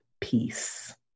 peace